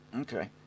Okay